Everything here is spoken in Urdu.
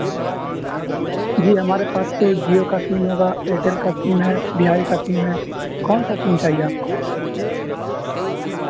جی ہمارے پاس تو جیو کا سیم ہوگا ایئرٹیل کا سیم ہے بی آی کا سیم ہے کون سا سیم چاہیے آپ کو